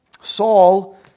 Saul